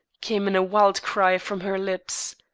came in a wild cry from her lips.